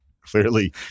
clearly